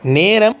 நேரம்